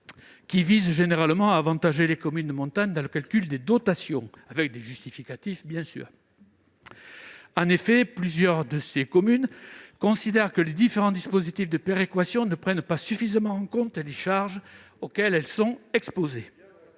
qui vise à avantager les communes de montagne dans le calcul des dotations. En effet, plusieurs de ces communes considèrent que les différents dispositifs de péréquation ne prennent pas suffisamment en compte les charges auxquelles elles sont exposées.